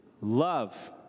love